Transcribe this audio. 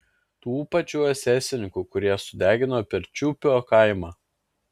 tų pačių esesininkų kurie sudegino pirčiupio kaimą